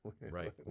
Right